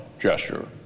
gesture